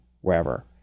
wherever